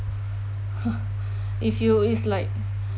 if you it's like